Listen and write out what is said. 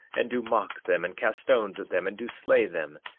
and do mock them, and cast stones at them, and do slay them,